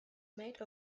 made